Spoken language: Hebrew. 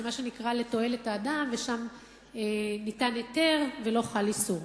מה שנקרא לתועלת האדם ושם ניתן היתר ולא חל איסור.